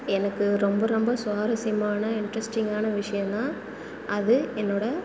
எனக்கு ரொம்ப ரொம்ப சுவாரஸ்யமான இன்ட்ரெஸ்ட்டிங்கான விஷியம்னால் அது என்னோடய